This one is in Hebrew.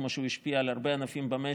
כמו שהוא השפיע על הרבה ענפים במשק